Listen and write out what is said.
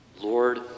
Lord